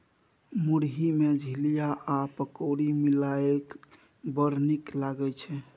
मुरही मे झिलिया आ पकौड़ी मिलाकए बड़ नीक लागय छै